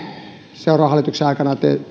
seuraavan hallituksen aikana